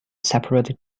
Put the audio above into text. separate